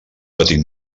petit